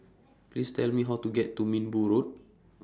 Please Tell Me How to get to Minbu Road